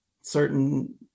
certain